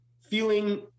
feeling